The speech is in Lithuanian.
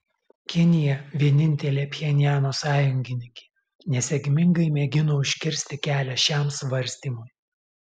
kinija vienintelė pchenjano sąjungininkė nesėkmingai mėgino užkirsti kelią šiam svarstymui